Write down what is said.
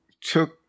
took